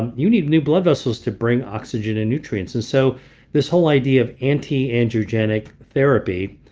and you need new blood vessels to bring oxygen and nutrients. and so this whole idea of anti-angiogenic therapy,